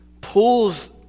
pulls